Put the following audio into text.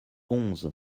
onze